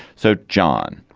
so john